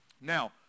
Now